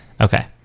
Okay